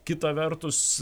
kita vertus